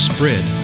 Spread